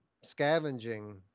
scavenging